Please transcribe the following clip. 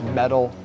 metal